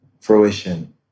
fruition